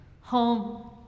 home